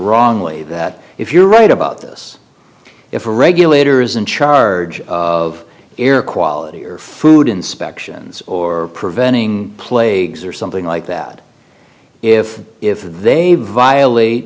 wrongly that if you're right about this if the regulators in charge of air quality or food inspections or preventing plagues or something like that if if they violate